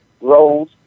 roles